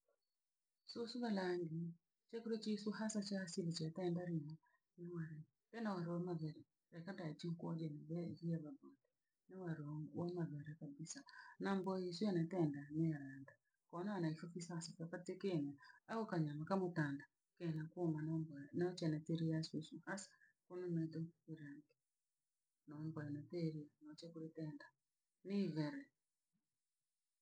Susu valangi chakula kiisu hasa cha asiri cha tenda limo ni ware, tena olo magari le kadaiti ukwoldye mubee vyemaboo nawalongo og'wa lore kabisa, namboishe na tenda nyeranda konana isho kisasa kepate kenha au kanyamu kamutanda kenha kunhwa nu ngera na chenetiria susu asa maungwanatere kumachakuritenda nivere.